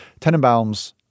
Tenenbaums